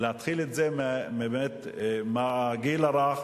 להתחיל את זה באמת מהגיל הרך,